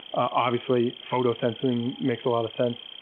obviously, photo sensing makes a lot of sense.